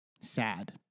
Sad